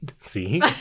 see